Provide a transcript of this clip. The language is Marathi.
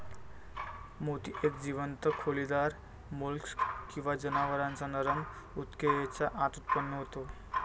मोती एक जीवंत खोलीदार मोल्स्क किंवा जनावरांच्या नरम ऊतकेच्या आत उत्पन्न होतो